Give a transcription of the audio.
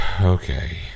Okay